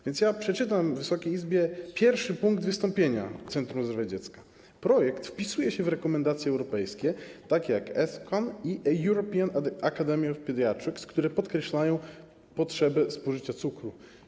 Więc ja przeczytam Wysokiej Izbie pierwszy punkt wystąpienia Centrum Zdrowia Dziecka: Projekt wpisuje się w rekomendacje europejskie, takie jak (...) i European Academy of Paediatrics, które podkreślają potrzebę spożycia cukru.